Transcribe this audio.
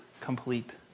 complete